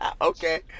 okay